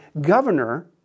governor